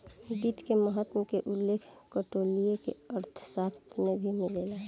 वित्त के महत्त्व के उल्लेख कौटिल्य के अर्थशास्त्र में भी मिलेला